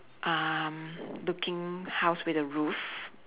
um looking house with a roof